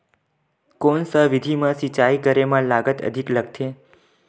कोन सा विधि म सिंचाई करे म लागत अधिक लगथे?